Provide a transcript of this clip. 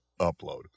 upload